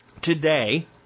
Today